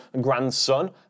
grandson